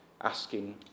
asking